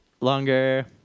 longer